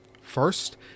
First